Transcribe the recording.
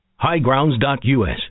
Highgrounds.us